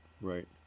Right